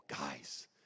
guys